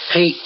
Hey